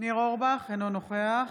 אינו נוכח